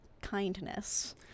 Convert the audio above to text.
kindness